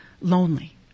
lonely